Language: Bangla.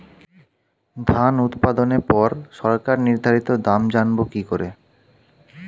ধান উৎপাদনে পর সরকার নির্ধারিত দাম জানবো কি করে?